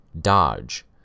Dodge